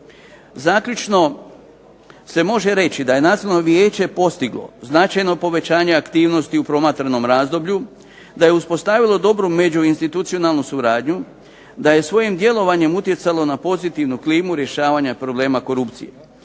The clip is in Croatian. Zaključno se može reći da je Nacionalno vijeće postiglo značajno povećanje aktivnosti u promatranom razdoblju, da je uspostavilo dobru međuinstitucionalnu suradnju, da je svojim djelovanjem utjecalo na pozitivnu klimu rješavanja problema korupcije.